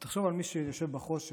אבל תחשוב על מי שיושב בחושך.